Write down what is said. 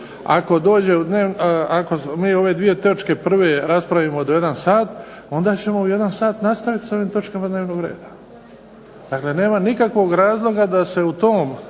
ako mi ove dvije prve točke raspravimo do jedan sat, onda ćemo u jedan sat nastaviti s ovim točkama dnevnog reda. Dakle, nema nikakvog razloga da se u tom